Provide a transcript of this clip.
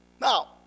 Now